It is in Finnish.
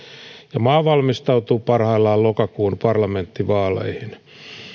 ja maa valmistautuu parhaillaan lokakuun parlamenttivaaleihin